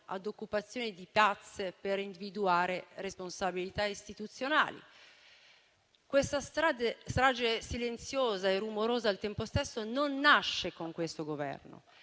a occupazioni di piazze per individuare responsabilità istituzionali. Questa strage silenziosa e rumorosa al tempo stesso non nasce con questo Governo: